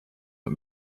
mit